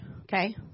okay